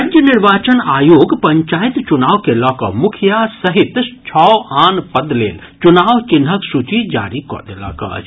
राज्य निर्वाचन आयोग पंचायत चुनाव के लऽ कऽ मुखिया सहित सभ छओ आन पद लेल चुनाव चिन्हक सूची जारी कऽ देलक अछि